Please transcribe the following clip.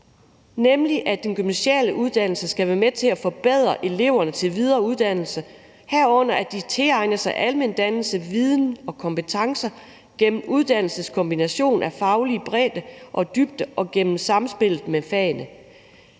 nemlig at den gymnasiale uddannelse skal være med til at forbedre eleverne til videre uddannelse, herunder at de tilegner sig almendannelse, viden og kompetencer gennem en kombination på uddannelsen af faglig bredde og dybde og gennem samspillet med fagene.